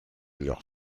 leur